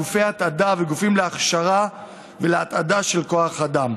גופי התעדה וגופים להכשרה ולהתעדה של כוח אדם.